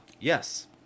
Yes